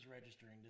registering